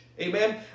Amen